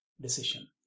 decision